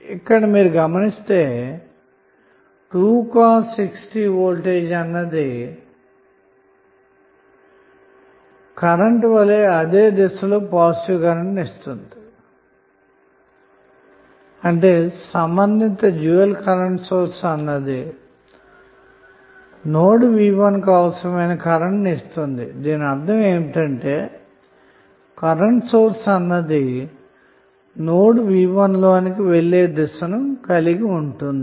ఇక్కడ మీరు గమనిస్తే వోల్టేజ్ అన్నది కరెంటు i1 వలె అదే దిశలో పాజిటివ్ కరెంటును ఇస్తుంది అంటే సంబంధిత dual current source node v1 కు అవసరమైన కరెంటు ను ఇస్తుంది దీనర్ధం ఏమిటంటే కరెంటు సోర్స్ అన్నది నోడ్ v1 లోనికి వెళ్లే దిశను కలిగి ఉంటుంది